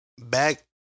back